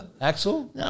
Axel